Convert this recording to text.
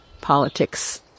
politics